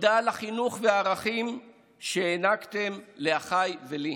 תודה על החינוך והערכים שהענקתם לאחיי ולי.